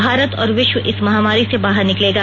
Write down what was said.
भारत और विश्व इस महामारी से बाहर निकलेगा